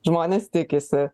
žmonės tikisi